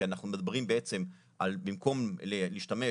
כי אנחנו מדברים בעצם על במקום להשתמש